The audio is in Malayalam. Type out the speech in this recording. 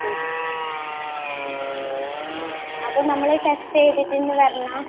ഉം അപ്പം നമ്മൾ ടെസ്റ്റ് ചെയ്തിട്ട് ഇനി വരണോ